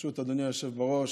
ברשות אדוני היושב-ראש,